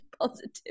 positive